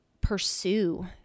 pursue